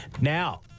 now